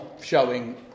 showing